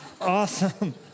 Awesome